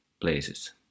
places